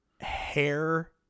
hair